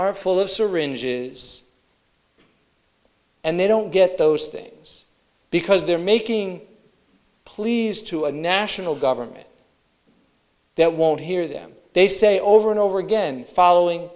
are full of syringes and they don't get those things because they're making pleas to a national government that won't hear them they say over and over again following